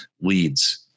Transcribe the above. leads